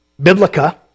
Biblica